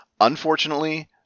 Unfortunately